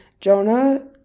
Jonah